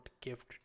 gift